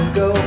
go